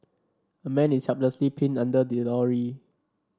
a man is helplessly pinned under a lorry